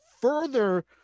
further